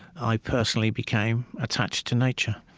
i personally became attached to nature.